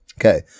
Okay